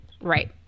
Right